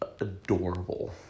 adorable